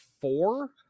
four